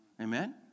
Amen